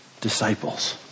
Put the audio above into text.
disciples